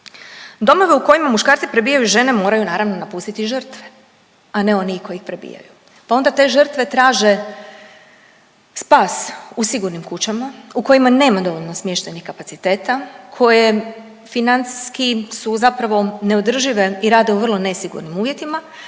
Domove u kojima muškarci prebijaju žene moraju naravno napustiti žrtve, a ne oni koji ih prebijaju, pa onda te žrtve traže spas u sigurnim kućama u kojima nema dovoljno smještajnih kapaciteta, koje financijski su zapravo neodržive i rade u vrlo nesigurnim uvjetima,